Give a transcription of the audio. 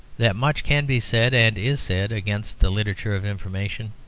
that much can be said, and is said, against the literature of information,